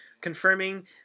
confirming